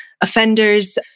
offenders